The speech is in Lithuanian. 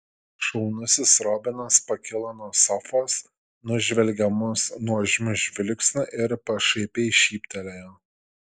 šaunusis robinas pakilo nuo sofos nužvelgė mus nuožmiu žvilgsniu ir pašaipiai šyptelėjo